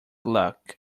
luck